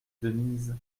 denise